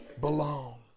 belong